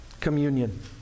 Communion